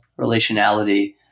relationality